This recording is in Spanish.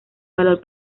valor